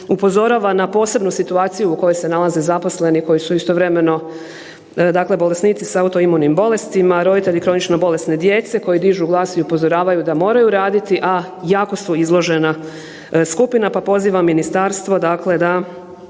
upozorava na posebnu situaciju u kojoj se nalaze zaposleni koji su istovremeno dakle bolesnici s autoimunim bolestima, roditelji kronično bolesne djece koji dižu glas i upozoravaju da moraju raditi, a jako su izložena skupina, pa pozivam ministarstvo dakle